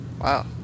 Wow